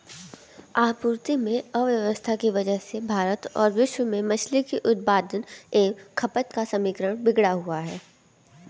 आपूर्ति में अव्यवस्था की वजह से भारत और विश्व में मछली के उत्पादन एवं खपत का समीकरण बिगड़ा हुआ है